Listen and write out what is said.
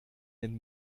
den